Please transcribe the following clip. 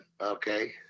Okay